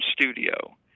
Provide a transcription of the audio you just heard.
studio